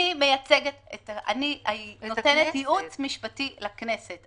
אני נותנת ייעוץ משפטי לכנסת,